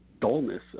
dullness